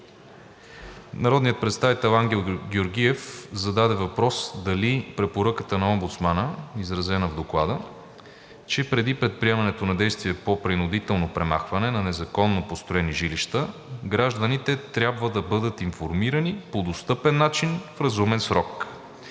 Народният представител Ангел Георгиев зададе въпрос дали препоръката на омбудсмана, изразена в Доклада, че преди предприемането на действия по принудително премахване на незаконно построени жилища гражданите трябва да бъдат информирани по достъпен начин в разумен срок,